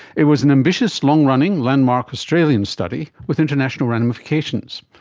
it was an ambitious, long-running landmark australian study with international ramifications.